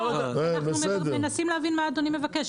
אנחנו מנסים להבין מה אדוני מבקש.